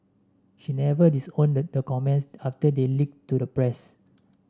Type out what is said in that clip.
she never disowned the comments after they leaked to the press